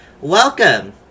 Welcome